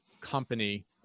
company